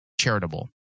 charitable